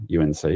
UNC